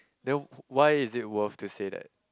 then why is it worth to say that